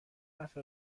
حرف